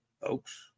folks